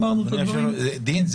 דין,